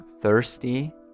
thirsty